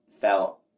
felt